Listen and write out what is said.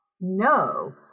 no